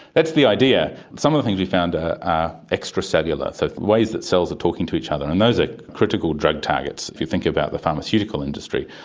that's the idea. some of the things we found ah are extracellular, so ways that cells are talking to each other, and those are critical drug targets if you think about the pharmaceutical industry.